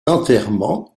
enterrement